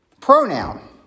pronoun